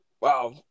Wow